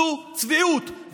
זו צביעות,